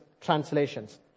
translations